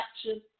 action